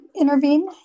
intervene